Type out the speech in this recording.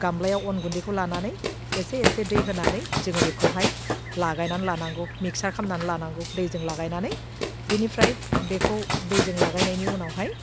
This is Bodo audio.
गामलायाव अन गुन्दैखौ लानानै एसे एसे दै होनानै जोङो बेखौहाय लागायनानै लानांगौ मिक्सार खालामनानै लानांगौ दैजों लागायनानै बेनिफ्राय बेखौ दैजों लागायनायनि उनावहाय